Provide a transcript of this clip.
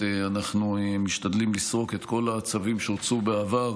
אנחנו משתדלים לסרוק את כל הצווים שהוצאו בעבר